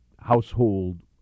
household